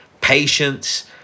patience